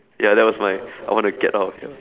ya that was my I want to get out of here